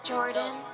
Jordan